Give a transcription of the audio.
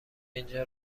اینجا